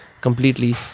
completely